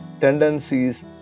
tendencies